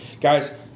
Guys